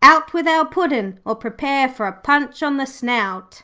out with our puddin, or prepare for a punch on the snout